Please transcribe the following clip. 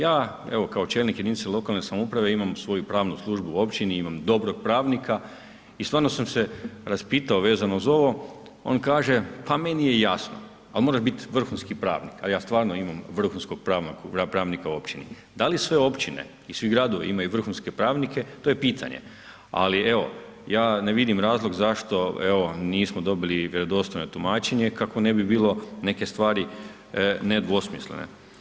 Ja evo kao čelnik jedinice lokalne samouprave imam svoju pravnu službu u općini, imam dobrog pravnika i stvarno sam se raspitao vezano uz ovo, on kaže, pa meni je jasno ali moraš biti vrhunski pravnik a ja stvarno imam vrhunskog pravnika u općini, da li sve općine i svi gradovi imaju vrhunske pravnike, to je pitanje ali evo, ja ne vidim razlog zašto evo nismo dobili vjerodostojno tumačenje kako ne bi bilo neke stvari nedvosmislene.